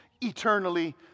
eternally